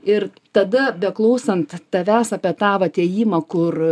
ir tada beklausant tavęs apie tą va atėjimą kur